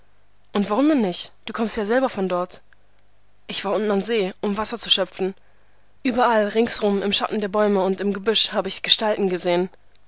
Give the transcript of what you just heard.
und warum denn nicht du kommst ja selbst von dort ich war unten am see um wasser zu schöpfen überall ringsum im schatten der bäume und im gebüsch habe ich gestalten gesehen